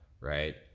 right